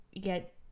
get